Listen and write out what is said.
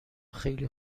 خیلی